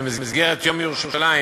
במסגרת יום ירושלים,